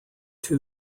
two